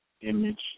image